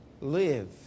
live